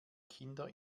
kinder